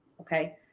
Okay